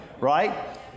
right